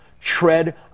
tread